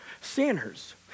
Sinners